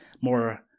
more